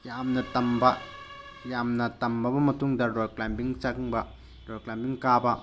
ꯌꯥꯝꯅ ꯇꯝꯕ ꯌꯥꯝꯅ ꯇꯝꯃꯕ ꯃꯇꯨꯡꯗ ꯔꯣꯛ ꯀ꯭ꯂꯥꯏꯝꯕꯤꯡ ꯆꯪꯕ ꯔꯣꯛ ꯀ꯭ꯂꯥꯏꯝꯕꯤꯡ ꯀꯥꯕ